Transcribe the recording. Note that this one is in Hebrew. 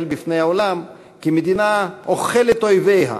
בפני העולם כמדינה "אוכלת אויביה",